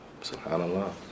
Subhanallah